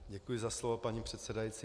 Děkuji za slovo, paní předsedající.